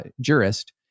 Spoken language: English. jurist